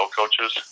coaches